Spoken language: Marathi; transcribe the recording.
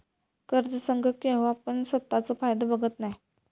कर्ज संघ केव्हापण स्वतःचो फायदो बघत नाय